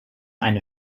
eine